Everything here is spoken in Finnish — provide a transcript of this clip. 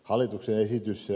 hallituksen esitys sai